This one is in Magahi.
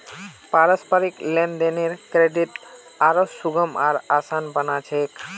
पारस्परिक लेन देनेर क्रेडित आरो सुगम आर आसान बना छेक